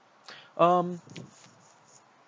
um